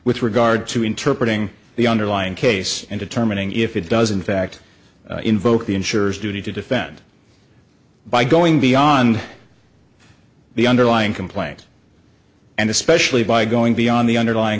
with regard to interpret ing the underlying case and determining if it doesn't fact invoke the insurers duty to defend by going beyond the underlying complaint and especially by going beyond the underlying